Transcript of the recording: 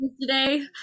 today